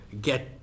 get